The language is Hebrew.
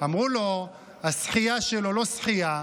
אמרו לו: השחייה שלו לא שחייה,